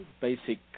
basic